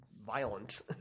violent